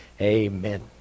Amen